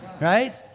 Right